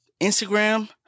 Instagram